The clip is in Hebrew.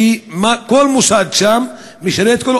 וכל מוסד שם משנה את כל,